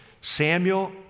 Samuel